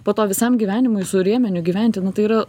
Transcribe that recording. po to visam gyvenimui su rėmeniu gyventi nu tai yra